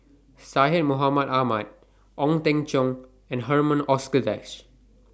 Syed Mohamed Ahmed Ong Teng Cheong and Herman Hochstadt